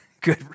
good